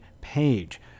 page